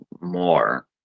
more